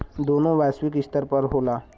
दोनों वैश्विक स्तर पर होला